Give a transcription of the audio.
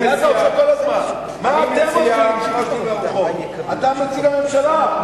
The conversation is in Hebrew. מה אתם עושים בשביל, אתה נציג הממשלה.